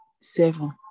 seven